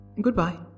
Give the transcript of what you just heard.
Goodbye